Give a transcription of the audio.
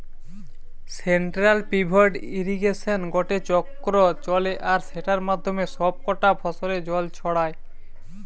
central pivot ইর্রিগেশনে গটে চক্র চলে আর সেটার মাধ্যমে সব কটা ফসলে জল ছড়ায়